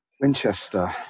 Winchester